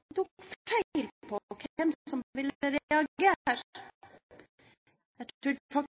Jeg tok feil med hensyn til hvem som ville reagere.